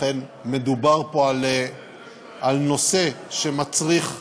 אכן מדובר פה על נושא שמצריך פתרון.